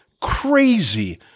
crazy